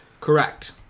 Correct